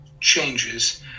changes